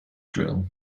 drill